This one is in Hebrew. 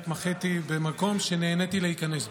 התמחיתי במקום שנהניתי להיכנס אליו.